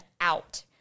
out